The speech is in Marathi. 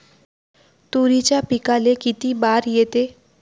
तुरीच्या पिकाले किती बार येते?